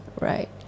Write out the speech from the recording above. Right